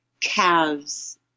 calves